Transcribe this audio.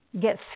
get